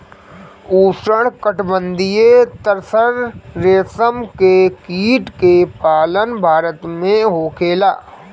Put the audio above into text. उष्णकटिबंधीय तसर रेशम के कीट के पालन भारत में होखेला